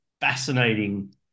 fascinating